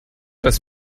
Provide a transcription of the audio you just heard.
das